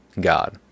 God